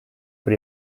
per